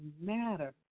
matter